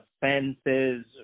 fences